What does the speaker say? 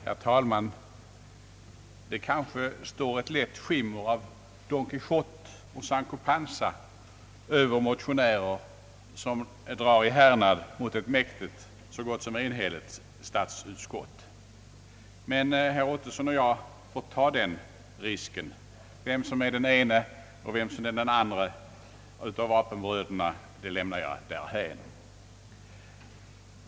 Herr talman! Det kanske står ett lätt skimmer av Don Quijote och Sancho Panza över motionärer som drar i härnad mot ett mäktigt och så gott som enhälligt statsutskott, men herr Ottosson och jag får ta den risken. Vem som är den ena och vem som är den andra av vapenbröderna lämnar jag därhän.